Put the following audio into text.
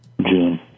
June